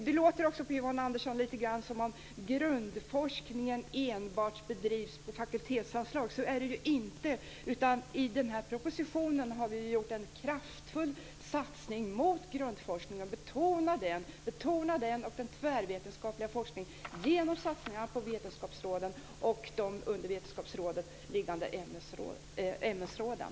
På Yvonne Andersson låter det lite grann som att grundforskningen enbart bedrivs utifrån fakultetsanslag men så är det inte. I den här propositionen gör vi en kraftfull satsning mot grundforskningen. Vi betonar den och även den tvärvetenskapliga forskningen, just genom satsningar på vetenskapsråden och de under vetenskapsråden liggande ämnesråden.